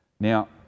Now